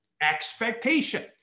expectation